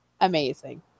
amazing